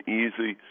easy